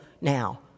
now